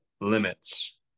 limits